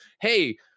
hey